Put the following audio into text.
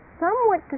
somewhat